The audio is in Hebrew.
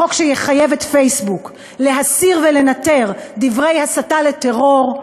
שיחייב את פייסבוק להסיר ולנטר דברי הסתה לטרור,